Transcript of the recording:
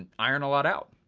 and iron a lot out.